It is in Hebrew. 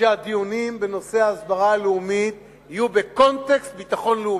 שהדיונים בנושא ההסברה הלאומית יהיו בקונטקסט ביטחון לאומי.